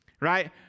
right